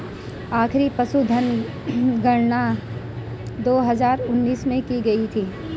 आखिरी पशुधन गणना दो हजार उन्नीस में की गयी थी